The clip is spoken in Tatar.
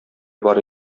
бар